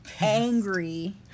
angry